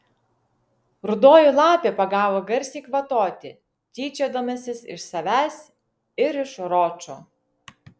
rudoji lapė pagavo garsiai kvatoti tyčiodamasis iš savęs ir iš ročo